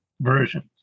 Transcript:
versions